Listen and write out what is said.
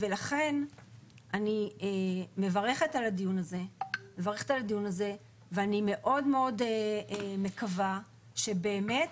לכן אני מברכת על הדיון הזה ואני מאוד מאוד מקווה שבאמת,